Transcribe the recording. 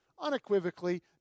unequivocally